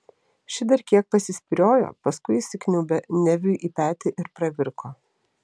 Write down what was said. ši dar kiek pasispyriojo paskui įsikniaubė neviui į petį ir pravirko